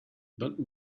but